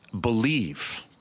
believe